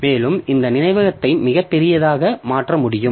மேலும் இந்த நினைவகத்தை மிகப் பெரியதாக மாற்ற முடியும்